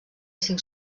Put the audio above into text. cinc